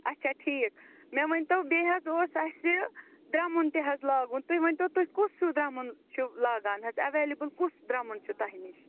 اچھا ٹھیٖک مےٚ ؤنۍ تو بیٚیہِ حظ اوس اَسہِ درمُن تہِ حظ لاگُن تُہۍ ؤنۍتو تُہۍ کُس ہیٛوٗ درمُن چھِو لاگان حظ ایویلیبٕل کُس درمُن چھُو تۄہہِ نِش